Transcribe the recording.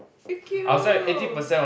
freak you